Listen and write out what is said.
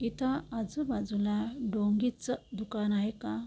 इथं आजूबाजूला डोंगीचं दुकान आहे का